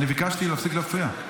אני ביקשתי להפסיק להפריע.